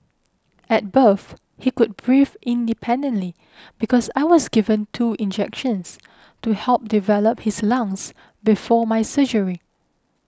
at birth he could breathe independently because I was given two injections to help develop his lungs before my surgery